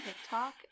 TikTok